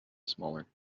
smaller